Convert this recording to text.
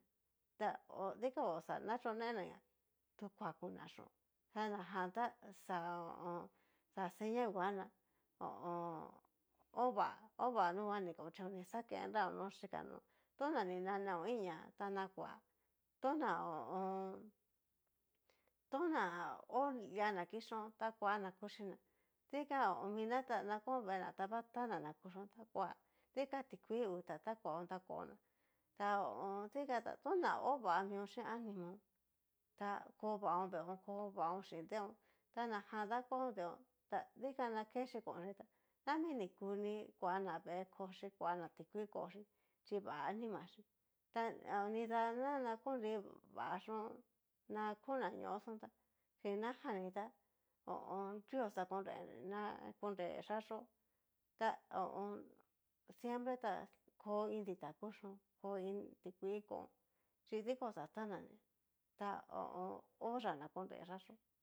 Ta ho dikan oxa na chonena ña, tu kuakuna chío ta na jan ho o on. xa seña nguan ña ho o on. ova ova nungua ni kaon xhí oni xaken nraón ni xhikanón, taña ni naneon iin ña ta nakua tana ho o on. tana o lia na kixhaón ta kua na kuxhíina, dikan mión na na kón vée na o xa tana na kuxhiion ta mion ta koa, dikan tikuii huta ta kuanta koná. ta ho o on. dikan ta to'ña ova mion chín animaon, ta ko vaon veeón ko vaón chín deeon ta naján dakuan deeón ta dikan na kechí konchí tá nami ni kuni kuana vee kochí kuana ti kuii koxhí, chí vá animachí ta nidana na konrui va xión na ko nañoxón tá chin najanni tá ho o on. nrios ta konrena konreyá yó ta ho o on. siempre tá ko iin dita kuxhíon ko iin rikuii kón xhi dikan oxá tanaña ta ho o on. oyá na konreyá yó.